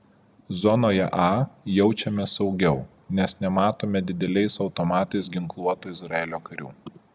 zonoje a jaučiamės saugiau nes nematome dideliais automatais ginkluotų izraelio karių